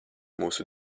mūsu